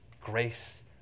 grace